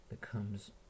becomes